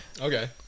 Okay